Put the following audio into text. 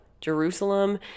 jerusalem